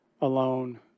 alone